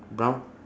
brown